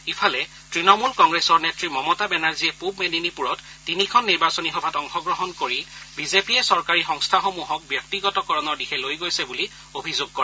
ইফালে তৃণমূল কংগ্ৰেছৰ নেত্ৰী মমতা বেনাৰ্জীয়ে পুব মেদিনীপুৰত তিনিখন নিৰ্বাচনী সভাত অংশগ্ৰহণ কৰি বিজেপিয়ে চৰকাৰী সংস্থাসমূহক ব্যক্তিগতকৰণৰ দিশে লৈ গৈছে বুলি অভিযোগ কৰে